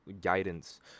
guidance